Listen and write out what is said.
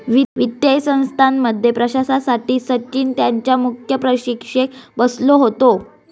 वित्तीय संस्थांमध्ये प्रवेशासाठी सचिन त्यांच्या मुख्य परीक्षेक बसलो होतो